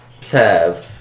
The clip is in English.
tab